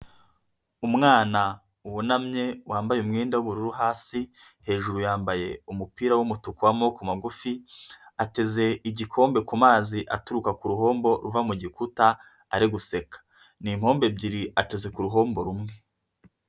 Umwana wunamye wambaye umwenda w'ubururu hasi hejuru yambaye umupira w'umutuku wa amoboko magufi, ateze igikombe ku mazi aturuka ku ruhombo ruva mu gikuta ari guseka, ni impombo ebyiri ateze ku ruhombo rumwe.